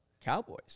Cowboys